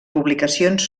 publicacions